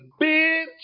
bitch